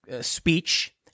speech